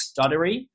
stuttery